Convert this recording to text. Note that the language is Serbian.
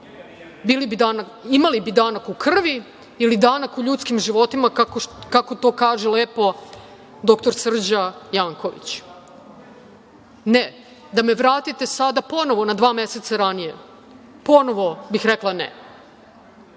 Imali bi danak u krvi, ili danak u ljudskim životima, kako to kaže lepo dr Srđa Janković. Ne. Da me vratite sada ponovo na dva meseca ranije, ponovo bih rekla ne. Da,